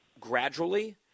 gradually